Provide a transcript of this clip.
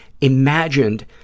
imagined